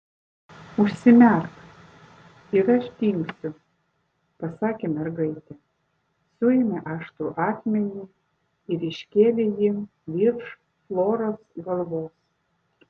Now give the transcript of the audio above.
užsimerk ir aš dingsiu pasakė mergaitė suėmė aštrų akmenį ir iškėlė jį virš floros galvos